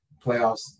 playoffs